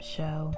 Show